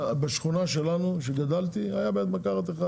בשכונה שגדלתי בה היה בית מרקחת אחד